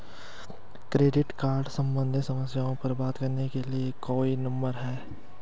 Credit card सम्बंधित समस्याओं पर बात करने के लिए कोई नंबर है?